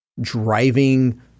driving